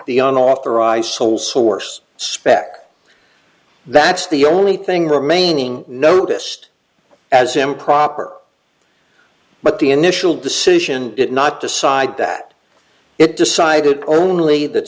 the unauthorised sole source spec that's the only thing remaining noticed as improper but the initial decision did not decide that it decided only that